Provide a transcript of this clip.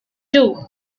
two